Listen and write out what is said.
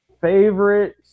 Favorite